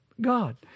God